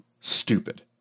stupid